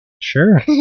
sure